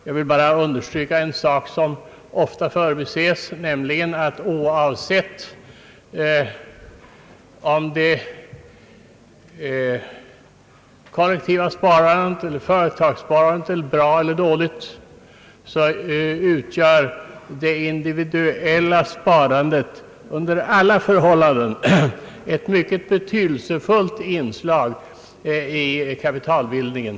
Jag vill bara understryka en sak som ofta förbises, nämligen att oavsett om det kollektiva sparandet är bra eller dåligt, så utgör det individuella sparandet under alla förhållanden ett mycket betydelsefullt inslag i kapitalbildningen.